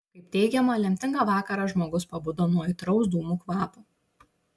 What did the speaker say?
kaip teigiama lemtingą vakarą žmogus pabudo nuo aitraus dūmų kvapo